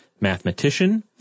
mathematician